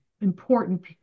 important